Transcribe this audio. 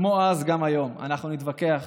כמו אז גם היום: אנחנו נתווכח,